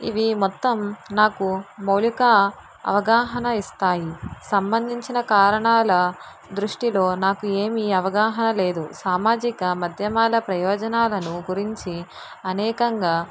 ఇవి మొత్తం నాకు మౌలిక అవగాహన ఇస్తాయి సంబంధించిన కారణాల దృష్టిలో నాకు ఏమీ అవగాహన లేదు సామాజిక మధ్యమాల ప్రయోజనాలను గురించి అనేకంగా